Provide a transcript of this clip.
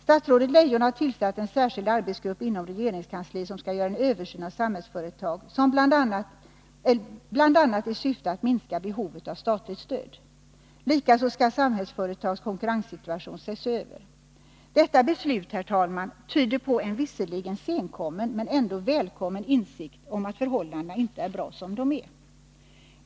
Statsrådet Leijon har tillsatt en särskild arbetsgrupp inom regeringskansliet som skall göra en översyn av Samhällsföretag, bl.a. i syfte att minska behovet av statligt stöd. Likaså skall Samhällsföretags konkurrenssituation ses över. Detta beslut, herr talman, tyder på en visserligen senkommen men ändå välkommen insikt om att förhållandena inte är bra som de är.